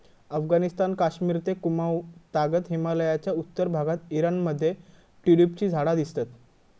अफगणिस्तान, कश्मिर ते कुँमाउ तागत हिमलयाच्या उत्तर भागात ईराण मध्ये ट्युलिपची झाडा दिसतत